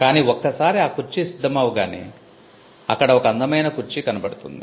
కాని ఒక్క సారి ఆ కుర్చీ సిద్ధమవగానే అక్కడ ఒక అందమైన కుర్చీ కనపడుతుంది